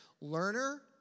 Learner